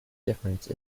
difference